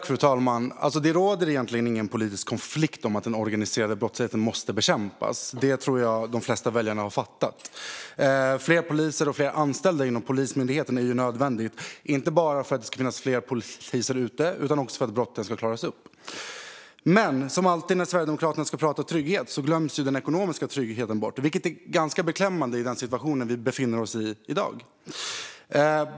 Fru talman! Det råder egentligen ingen politisk konflikt om att den organiserade brottsligheten måste bekämpas; det tror jag att de flesta väljarna har fattat. Fler poliser och fler anställda inom Polismyndigheten är nödvändigt, inte bara för att det ska finnas fler poliser ute utan även för att brotten ska klaras upp. Som alltid när Sverigedemokraterna pratar trygghet glöms den ekonomiska tryggheten bort, vilket är ganska beklämmande i den situation vi befinner oss i.